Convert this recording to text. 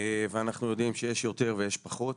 ואנחנו יודעים שיש יותר ויש פחות.